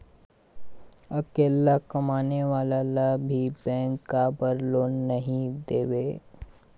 अकेला कमाने वाला ला भी बैंक काबर लोन नहीं देवे?